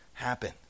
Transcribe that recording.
happen